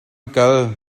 kal